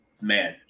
man